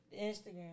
Instagram